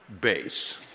base